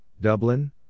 Dublin